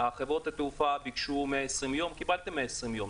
חברות התעופה ביקשו 120 יום קיבלתם 120 יום,